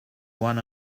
one